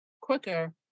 quicker